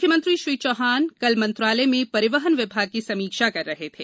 मुख्यमंत्री श्री चौहान कल मंत्रालय में परिवहन विभाग की समीक्षा कर रहे थे